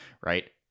right